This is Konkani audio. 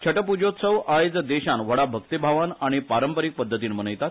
छटपूजोत्सव आयज देशान व्हडा भक्तीभावान आनी पारंपरिक पध्दतीन मनयतात